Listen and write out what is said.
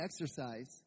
exercise